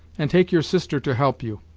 and take your sister to help you.